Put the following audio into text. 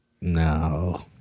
No